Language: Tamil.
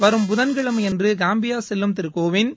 வரும் புதன்கிழமையன்று காம்பியா செல்லும் திரு கோவிந்த்